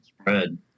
spread